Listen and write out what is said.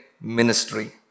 ministry